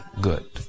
good